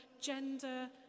gender